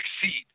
succeed